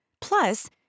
Plus